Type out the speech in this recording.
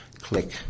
Click